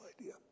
idea